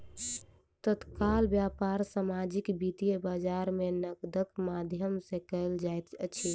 तत्काल व्यापार सामाजिक वित्तीय बजार में नकदक माध्यम सॅ कयल जाइत अछि